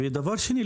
דבר שני,